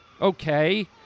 okay